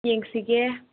ꯌꯦꯡꯁꯤꯒꯦ